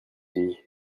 unis